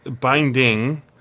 binding